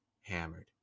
hammered